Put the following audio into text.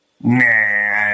Nah